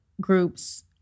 groups